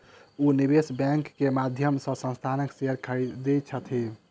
ओ निवेश बैंक के माध्यम से संस्थानक शेयर के खरीदै छथि